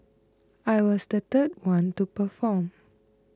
I was the third one to perform